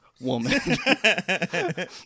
woman